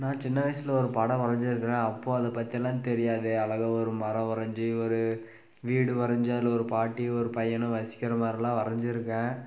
நான் சின்ன வயசில் ஒரு படம் வரைஞ்சிருக்குறேன் அப்போது அதை பற்றிலாம் தெரியாது அழகாக ஒரு மரம் வரைஞ்சி ஒரு வீடு வரைஞ்சி அதில் ஒரு பாட்டி ஒரு பையன் வசிக்கிற மாதிரிலாம் வரைஞ்சிருக்கேன்